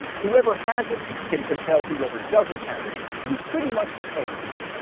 whoever has it can compel whoever doesn't have it to do pretty much anything.